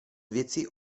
věci